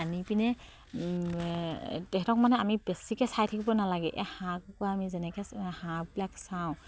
আনি পিনে তেহেঁতক মানে আমি বেছিকে চাই থাকিব নালাগে এই হাঁহ কুকুৰা আমি যেনেকে হাঁহবিলাক চাওঁ